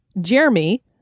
Jeremy